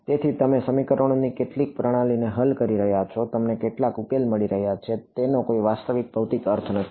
તેથી તમે સમીકરણોની કેટલીક પ્રણાલીને હલ કરી રહ્યા છો તમને કેટલાક ઉકેલ મળી રહ્યા છે તેનો કોઈ વાસ્તવિક ભૌતિક અર્થ નથી